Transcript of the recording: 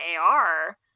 AR